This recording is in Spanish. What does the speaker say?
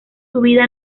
subida